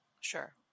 Sure